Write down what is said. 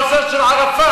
מנין אתה, (אומר בערבית: